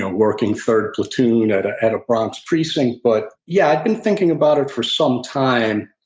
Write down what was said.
ah working third platoon at ah at a bronx precinct, but yeah, i'd been thinking about it for some time.